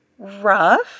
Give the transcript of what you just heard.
rough